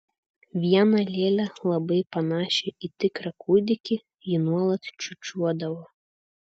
vieną lėlę labai panašią į tikrą kūdikį ji nuolat čiūčiuodavo